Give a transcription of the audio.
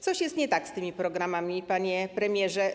Coś jest nie tak z tymi programami, panie premierze.